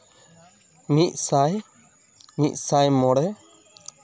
ᱢᱤᱫ ᱥᱟᱭ ᱢᱤᱫ ᱥᱟᱭ ᱢᱚᱬᱮ